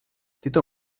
tyto